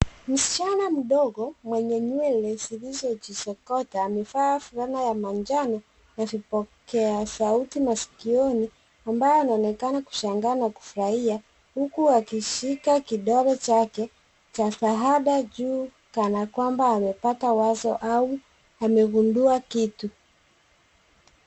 Msichana mdogo mwenye nywele zilizojisokota amevaa fulana ya manjano na vipokea sauti maskioni ambaye anaonekana kushangaa na kufurahia huku akishika kidole chake cha shahada juu kana kwamba amepata wazo au amegundua kitu.